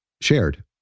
shared